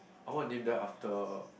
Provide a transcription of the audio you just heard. I want name them after